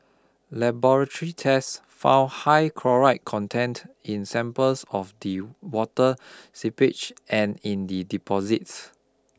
laboratory tests found high chloride content in samples of the water seepage and in the deposits